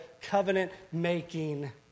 covenant-making